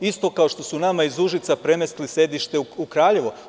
Isto kao što su nama iz Užica premestili sedište u Kraljevo.